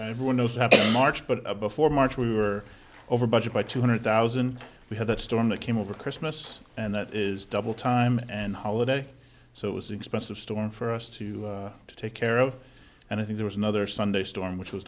everyone knows have march but before march we were over budget by two hundred thousand we had that storm that came over christmas and that is double time and holiday so it was expensive storm for us to take care of and i think there was another sunday storm which was